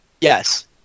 Yes